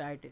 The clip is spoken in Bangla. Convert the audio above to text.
রাইটে